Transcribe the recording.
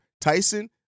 Tyson